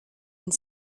and